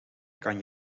kan